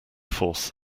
force